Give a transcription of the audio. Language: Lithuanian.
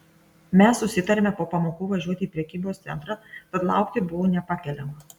mes susitarėme po pamokų važiuoti į prekybos centrą tad laukti buvo nepakeliama